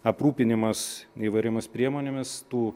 aprūpinimas įvairiomis priemonėmis tų